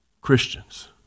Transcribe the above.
Christians